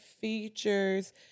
features